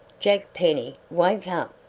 jack penny, wake up!